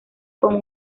con